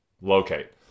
locate